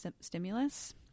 stimulus